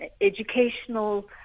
educational